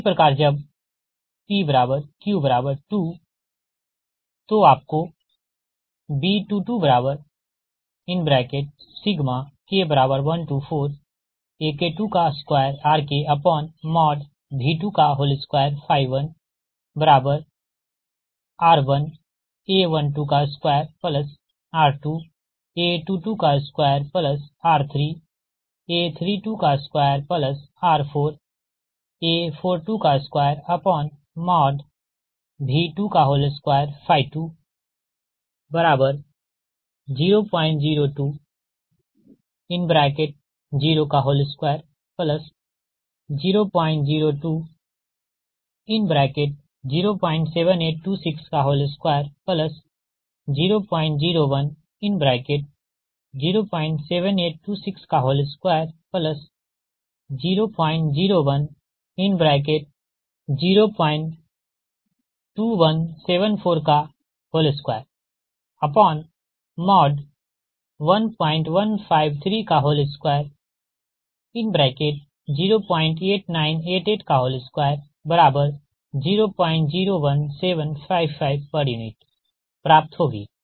इसी प्रकार जब pq2 तो आपको B22 K14AK22RKV221 R1A122R2A222R3A322R4A422V222 0020200207826200107826200102174211532089882001755 puप्राप्त होगी